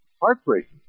Heartbreaking